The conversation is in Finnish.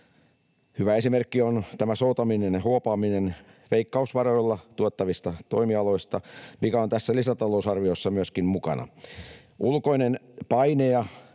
Hyvä esimerkki on tämä soutaminen ja huopaaminen veikkausvaroilla tuettavista toimialoista, mikä on tässä lisätalousarviossa myöskin mukana. Ulkoinen paine ja